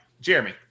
Jeremy